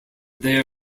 they